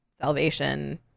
salvation